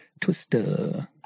twister